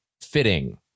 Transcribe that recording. Fitting